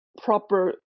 proper